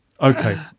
Okay